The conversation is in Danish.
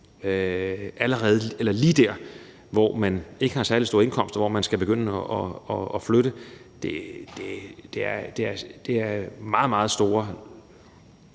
gældende lige der, hvor man ikke har særlig stor indkomst, og hvor man skal i gang med at flytte, og det er altså meget store